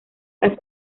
las